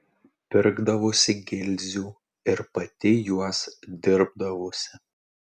pirkdavosi gilzių ir pati juos dirbdavosi